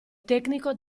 tecnico